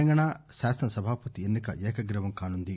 తెలంగాణ శాసన సభపతి ఎన్ని క ఏక గ్రీవం కానుంది